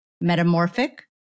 Metamorphic